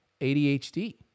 ADHD